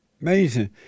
amazing